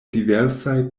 diversaj